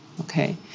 okay